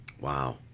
Wow